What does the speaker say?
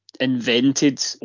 invented